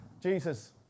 Jesus